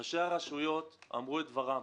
ראשי הרשויות אמרו את דברם.